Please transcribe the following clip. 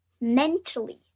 Mentally